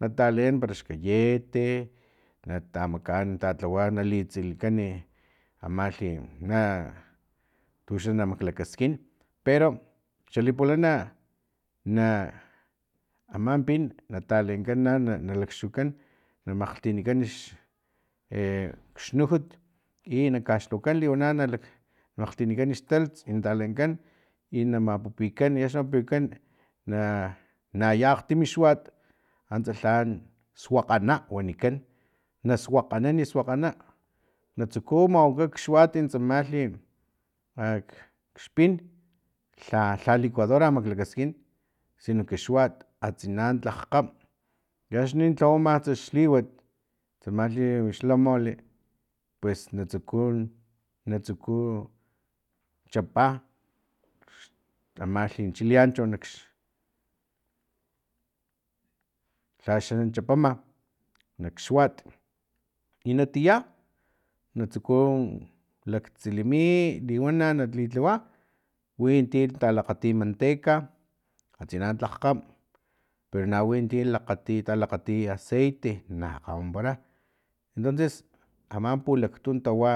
Nataleen parax gayete nata makaan tatlawa na li tsilikani amalhi na tuxa na maklakaskin pero xali pulana na aman pin na talenkan na nalakxukan na makgtinankan x e xnujut i na kaxlhawakan liwana nak makgtinankan xtalhts i natalenkan i na mapupikan i axni na mapupikan na ya akgtim xuat antsa lha suakgana wanikan na suakganan u suakgana tsuku mawaka nak xuat tsamalhi ak xpin lha licuadora maklakaskin sino que xuat atsina tlak kgam i axni tlawama antsa xliwat tsamalhi xla mole pues na tsuku na tsuku chapa amalhi chileancho nakx lhaxan chapama nak xuat i natia natsuku laktsilimi liwana na litlawa winti talakgati manteca atsina tlakg kgam pero na winti lakgati talakgati aceite na kgam wampara entonces aman pulaktun tawa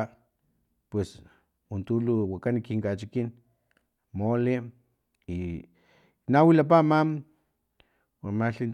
pues untu lu wakan kin kachikin mole i na wilapa ama amalhi